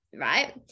Right